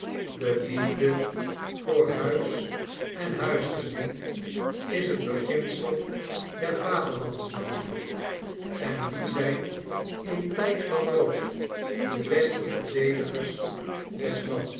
de liefde voor huis en huisgezin is het beginsel der vaderlandsliefde en wie zijn in tijd van nood de beste verdedigers